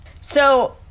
So-